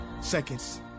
seconds